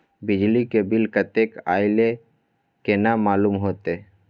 बिजली के बिल कतेक अयले केना मालूम होते?